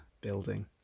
building